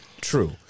true